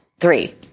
three